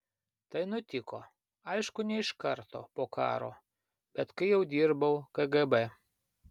tai nutiko aišku ne iš karto po karo bet kai jau dirbau kgb